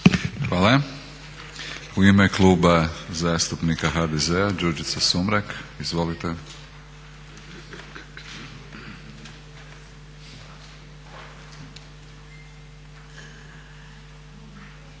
Hvala. U ime Kluba zastupnika HDZ-a Đurđica Sumrak. Izvolite.